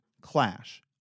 Clash